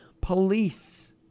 police